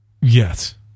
Yes